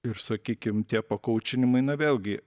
ir sakykim tie pakoučinimai na vėlgi